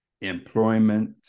employment